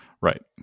Right